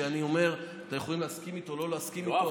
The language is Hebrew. שאני אומר שאתם יכולים להסכים איתו או לא להסכים איתו,